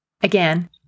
again